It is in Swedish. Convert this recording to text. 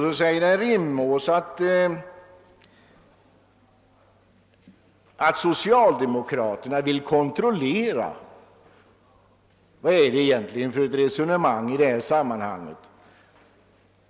Så sade herr Rimås att socialdemokraterna vill kontrollera. Vad är det egentligen för resonemang i det här sammanhanget?